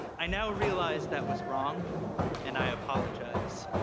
i now realize that was wrong and i apologize.